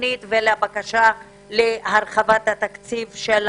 לתוכנית ולבקשה להרחבת התקציב של